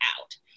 out